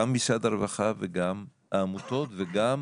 גם משרד הרווחה וגם העמותות וגם